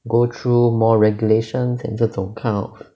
go through more regulations and 这种 kind of